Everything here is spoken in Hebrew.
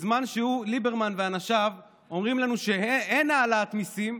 בזמן שליברמן ואנשיו אומרים לנו שאין העלאת מיסים,